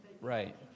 Right